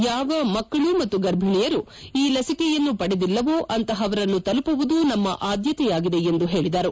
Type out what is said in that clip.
ಯಾವ ಮಕ್ಕಳು ಮತ್ತು ಗರ್ಭಿಣಿಯರು ಈ ಲಸಿಕೆಯನ್ನು ಪಡೆದಿಲ್ಲವೋ ಅಂತಪವರನ್ನು ತಲುಮವುದು ನಮ್ನ ಆದ್ನತೆಯಾಗಿದೆ ಎಂದು ಅವರು ಹೇಳಿದರು